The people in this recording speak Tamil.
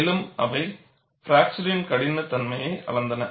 மேலும் அவை பிராக்சர் கடினத்தன்மையை அளந்தன